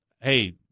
hey